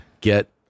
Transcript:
get